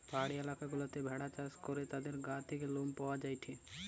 পাহাড়ি এলাকা গুলাতে ভেড়া চাষ করে তাদের গা থেকে লোম পাওয়া যায়টে